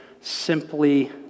simply